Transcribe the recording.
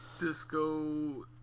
Disco